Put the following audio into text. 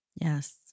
Yes